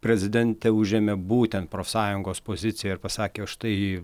prezidentė užėmė būtent profsąjungos poziciją ir pasakė štai